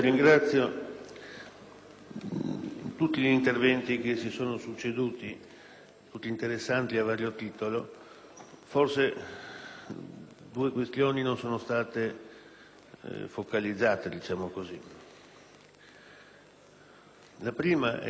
tutti gli interventi che si sono succeduti sono stati interessanti a vario titolo. Due questioni non sono state forse focalizzate. La prima è che,